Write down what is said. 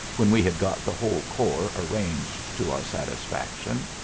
when we had got the whole corps arranged to our satisfaction.